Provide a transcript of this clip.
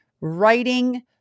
writing